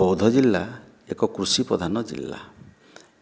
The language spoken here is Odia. ବୌଦ୍ଧ ଜିଲ୍ଲା ଏକ କୃଷି ପ୍ରଧାନ ଜିଲ୍ଲା